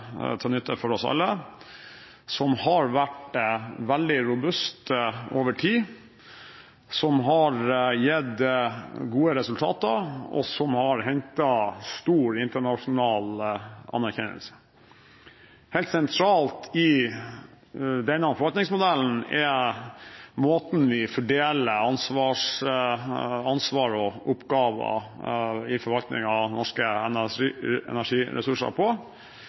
til nytte for oss alle, som har vært veldig robust over tid, som har gitt gode resultater, og som har høstet stor internasjonal anerkjennelse. Helt sentralt i denne forvaltningsmodellen er måten vi fordeler ansvar og oppgaver i forvaltningen av norske energiressurser på,